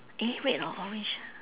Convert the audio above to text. eh red or orange